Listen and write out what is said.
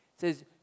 says